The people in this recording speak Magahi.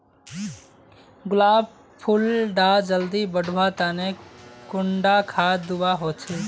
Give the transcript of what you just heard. गुलाब फुल डा जल्दी बढ़वा तने कुंडा खाद दूवा होछै?